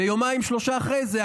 ויומיים-שלושה אחרי זה,